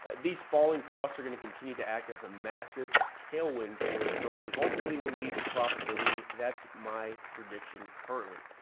these falling costs are going to continue to act as a massive tailwind for the company and ultimately will lead to profitability. that's my prediction currently,